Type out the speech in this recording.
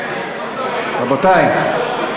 רבותי,